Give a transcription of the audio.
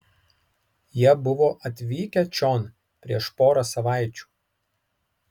jie buvo atvykę čion prieš porą savaičių